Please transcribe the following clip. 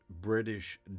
British